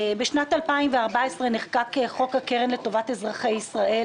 בשנת 2014 נחקק חוק הקרן לטובת אזרחי ישראל.